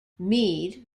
mead